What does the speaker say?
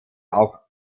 auch